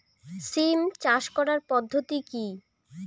সিম চাষ করার পদ্ধতি কী?